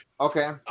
okay